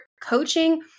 coaching